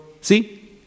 see